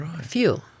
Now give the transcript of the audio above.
fuel